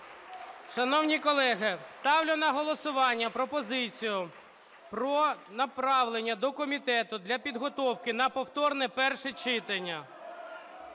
Шановні колеги, ставлю на голосування пропозицію про направлення до комітету для підготовки на повторне перше читання…